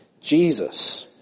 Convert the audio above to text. Jesus